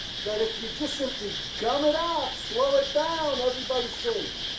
that if you just simply gun it up, slow it down, everybody's safe.